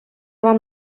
вам